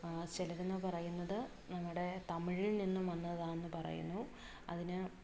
ചിലരെന്ന് പറയുന്നത് നമ്മുടെ തമിഴിൽനിന്നും വന്നതാണെന്നു പറയുന്നു അതിന്